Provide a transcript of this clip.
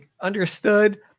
understood